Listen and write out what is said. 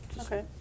Okay